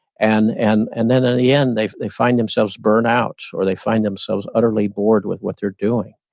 and and and then at the end, they they find themselves burned out or they find themselves utterly bored with what they're doing.